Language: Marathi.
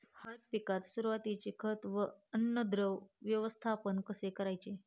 हळद पिकात सुरुवातीचे खत व अन्नद्रव्य व्यवस्थापन कसे करायचे?